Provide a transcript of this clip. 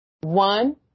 one